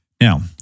Now